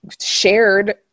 shared